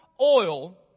oil